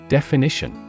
Definition